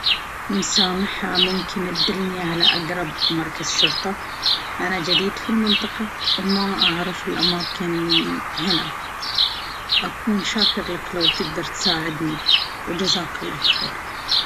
مسامحة، ممكن تدلني على أقرب مركز شرطة؟ أنا جديد في المنطقة وما أعرف الأماكن هنا. أكون شاكر لك لو تقدر تساعدني. وجزاك الله خير.